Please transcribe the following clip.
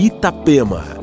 Itapema